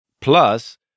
Plus